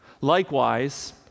Likewise